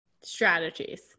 strategies